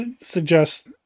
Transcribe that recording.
suggest